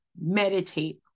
meditate